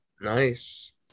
Nice